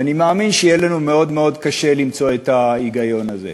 ואני מאמין שיהיה לנו מאוד מאוד קשה למצוא את ההיגיון הזה.